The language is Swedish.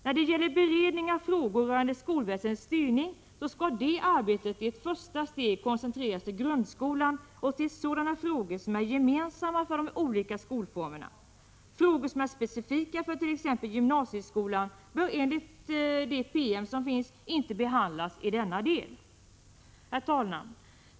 När det gäller beredningen av frågor rörande skolväsendets styrning skall det arbetet i ett första steg koncentreras till grundskolan och till sådana frågor som är gemensamma för de olika skolformerna. Frågor som är specifika för t.ex. gymnasieskolan bör enligt det PM som finns inte behandlas i denna del. Herr talman!